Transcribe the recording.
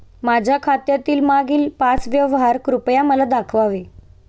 माझ्या खात्यातील मागील पाच व्यवहार कृपया मला दाखवावे